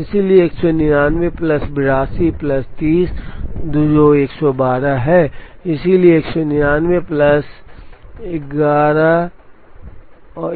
इसलिए 199 plus 82 plus 30 जो 112 है इसलिए 199 प्लस 112